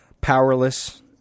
powerless